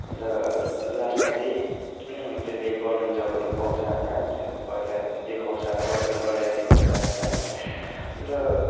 अन्त लास्टमा चाहिँ त्यसले गभर्मेन्ट जबहरू पनि पाउँछ होइन पढेर देखाउँछ गरेर देखाउँछ होइन अन्त